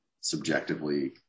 subjectively